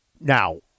Now